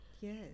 Yes